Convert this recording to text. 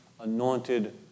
anointed